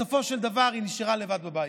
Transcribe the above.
בסופו של דבר היא נשארה לבד בבית.